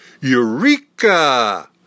Eureka